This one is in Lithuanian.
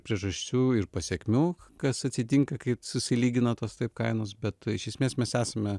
priežasčių ir pasekmių kas atsitinka kai susilygino tos taip kainos bet iš esmės mes esame